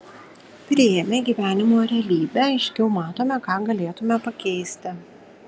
priėmę gyvenimo realybę aiškiau matome ką galėtumėme pakeisti